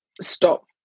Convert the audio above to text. stop